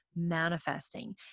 manifesting